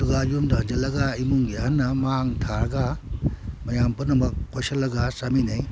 ꯑꯗꯨꯒ ꯌꯨꯝꯗ ꯍꯟꯖꯤꯜꯂꯒ ꯏꯃꯨꯡꯒꯤ ꯑꯍꯟ ꯑꯃ ꯃꯥꯡ ꯊꯥꯔꯒ ꯃꯌꯥꯝ ꯄꯨꯝꯅꯃꯛ ꯀꯣꯏꯁꯤꯜꯂꯒ ꯆꯥꯃꯤꯟꯅꯩ